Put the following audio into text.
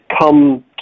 come